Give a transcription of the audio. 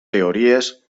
teories